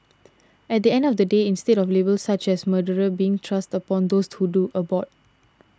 at the end of the day instead of labels such as murderer being thrust upon those who do abort